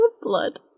blood